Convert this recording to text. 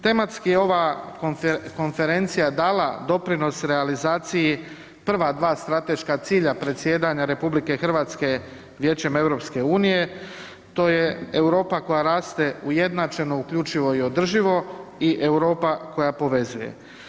Tematski je ova konferencija dala doprinos realizaciji prva dva strateška cilja predsjedanja RH Vijećem EU, to je Europa koja raste ujednačeno, uključivo i održivo i Europa koja povezuje.